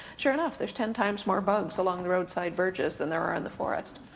sure enough there's ten times more bugs along the roadside verges than there are in the forest.